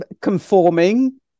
conforming